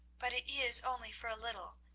but it is only for a little,